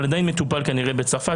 כנראה עדיין מטופל בצרפת,